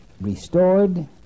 Restored